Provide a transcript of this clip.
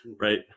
right